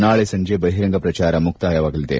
ನಾಳೆ ಸಂಜೆ ಬಹಿರಂಗ ಪ್ರಚಾರ ಮುಕ್ತಾಯವಾಗಲಿದೆ